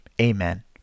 Amen